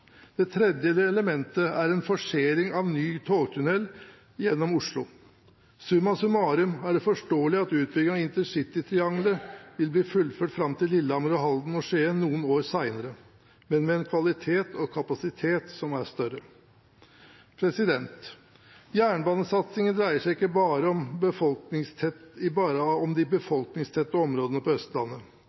Det tredje elementet er en forsering av ny togtunnel gjennom Oslo. Summa summarum er det forståelig at utbyggingen av intercity-triangelet vil bli fullført fram til Lillehammer, Halden og Skien noen år senere, men med en kvalitet og kapasitet som er større. Jernbanesatsingen dreier seg ikke bare om de befolkningstette områdene på Østlandet.